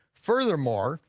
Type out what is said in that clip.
furthermore,